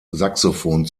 saxophon